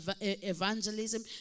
evangelism